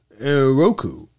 Roku